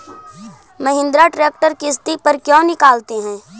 Mahindra tractor किसति पर क्यों निकालते हैं?